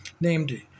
named